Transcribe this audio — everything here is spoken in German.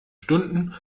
stunden